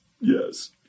yes